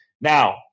Now